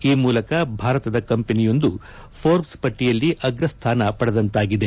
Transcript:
ಈ ಮೂಲಕ ಭಾರತದ ಕಂಪನಿಯೊಂದು ಫೋರ್ಟ್ ಪಟ್ಟಿಯಲ್ಲಿ ಅಗ್ರಸ್ಥಾನ ಪಡೆದಿದೆ